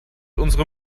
unsere